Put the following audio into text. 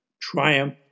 Triumph